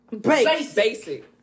Basic